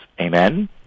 Amen